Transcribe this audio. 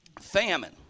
Famine